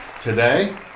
Today